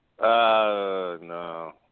No